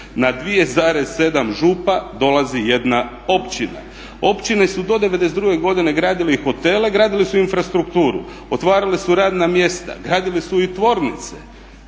Na 2,7 župa dolazi jedna općina. Općine su do '92. godine gradili hotele, gradili su infrastrukturu, otvarale su radna mjesta, gradili su i tvornice